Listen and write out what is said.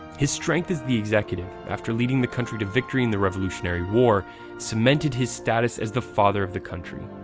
his strength as the executive after leading the country to victory in the revolutionary war cemented his status as the father of the country.